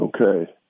Okay